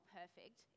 perfect